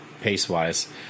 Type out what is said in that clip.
pace-wise